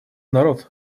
народ